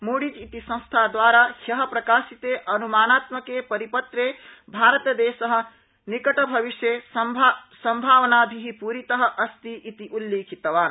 Moody's इति संस्थाद्वारा ह्य प्रकाशिते अनुमानात्मके परिपत्रे भारतदेश निकटभविष्ये संभावनाभि पूरित अस्ति इति उल्लिखितवान्